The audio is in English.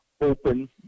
open